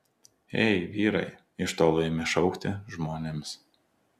ei vyrai iš tolo ėmė šaukti žmonėms